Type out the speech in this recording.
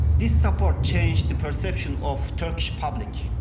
this support changed the perception of turkish public.